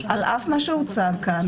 על אף מה שהוצע כאן,